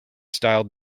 styled